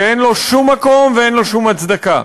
שאין לו שום מקום ואין לום שום הצדקה.